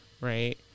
right